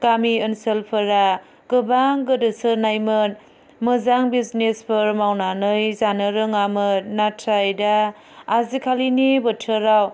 गामि ओनसोलफोरा गोबां गोदोसोनायमोन मोजां बिजनेसफोर मावनानै जानो रोङामोन नाथाय दा आजिखालिनि बोथोराव